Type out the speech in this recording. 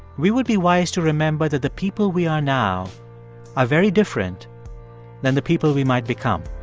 we would be wise to remember that the people we are now are very different than the people we might become